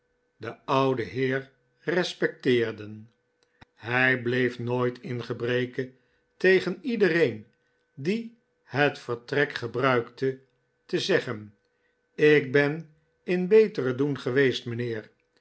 den ouden heer respecteerden hij bleef nooit in gebreke tegen iedereen die het vertrek gebruikte te zeggen lk ben in beteren doen geweest mijnheer